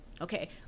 okay